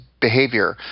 behavior